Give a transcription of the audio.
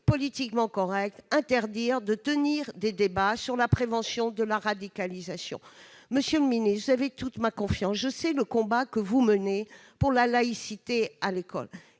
politiquement correcte interdit de tenir des débats sur la prévention de la radicalisation. Monsieur le ministre, vous avez toute ma confiance. Je sais le combat que vous menez pour la laïcité à l'école,